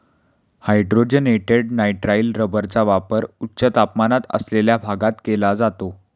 hydrogenated nitrile रबरचा वापर उच्च तापमान असलेल्या भागात केला जातो